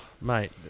mate